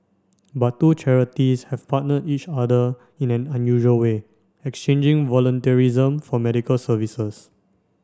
but two charities have partnered each other in an unusual way exchanging volunteerism for medical services